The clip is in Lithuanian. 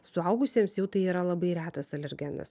suaugusiems jau tai yra labai retas alergenas